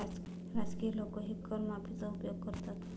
राजकीय लोकही कर माफीचा उपयोग करतात